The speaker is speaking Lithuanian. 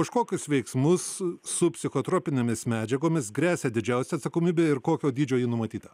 už kokius veiksmus su psichotropinėmis medžiagomis gresia didžiausia atsakomybė ir kokio dydžio ji numatyta